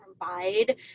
provide